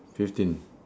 fifteen